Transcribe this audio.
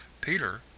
Peter